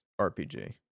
rpg